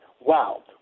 Wow